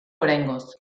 oraingoz